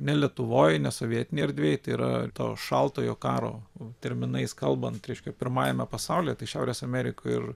ne lietuvoj ne sovietinėj erdvėj tai yra šaltojo karo terminais kalbant reiškia pirmajame pasaulyje tai šiaurės amerikoj ir